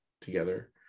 together